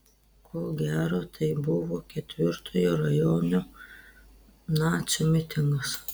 ko gero tai buvo ketvirtojo rajono nacių mitingas